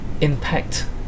impact